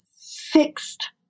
fixed